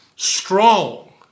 strong